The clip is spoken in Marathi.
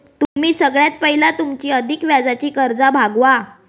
तुम्ही सगळ्यात पयला तुमची अधिक व्याजाची कर्जा भागवा